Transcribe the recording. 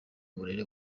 uburere